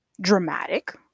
dramatic